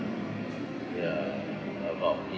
ya about me